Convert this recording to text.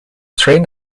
trained